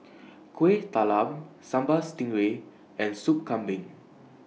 Kuih Talam Sambal Stingray and Sop Kambing